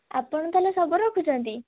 ଆପଣ ତାହେଲେ ସବୁ ରଖୁଛନ୍ତି